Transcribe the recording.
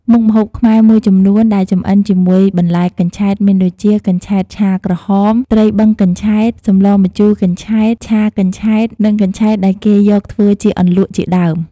មុខម្ហូបខ្មែរមួយចំនួនដែលចម្អិនជាមួយបន្លែកញ្ឆែតមានដូចជា កញ្ឆែតឆាក្រហម ត្រីបឹងកញ្ឆែត សម្លម្ជូរកញ្ឆែត ឆាកញ្ឆែត និងកញ្ឆែតដែលគេយកធ្វើជាអន្លក់ជាដើម។